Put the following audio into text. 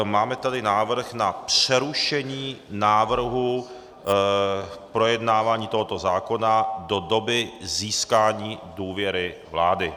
Máme tady návrh na přerušení návrhu, projednávání tohoto zákona do doby získání důvěry vlády.